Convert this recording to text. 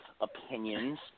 opinions